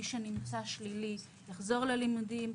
מי שנמצא שלילי, יחזור ללימודים.